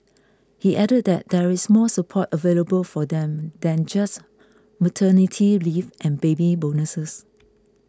he added that there is more support available for them than just maternity leave and baby bonuses